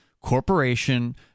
corporation